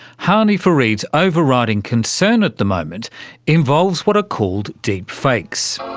hany farid's over-riding concern at the moment involves what are called deep fakes.